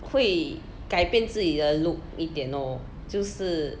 会改变自己的 look 一点 lor 就是